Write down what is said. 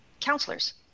counselors